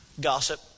Gossip